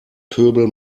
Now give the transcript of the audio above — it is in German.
pöbel